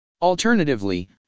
alternatively